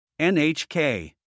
NHK